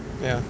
ya